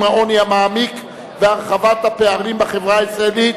העוני המעמיק והרחבת הפערים בחברה הישראלית,